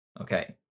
okay